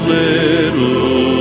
little